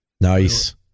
Nice